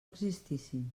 existissin